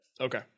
Okay